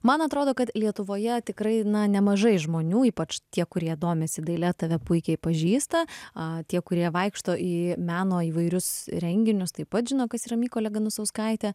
man atrodo kad lietuvoje tikrai nemažai žmonių ypač tie kurie domisi daile tave puikiai pažįsta a tie kurie vaikšto į meno įvairius renginius taip pat žino kas yra mykolė ganusauskaitė